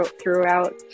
throughout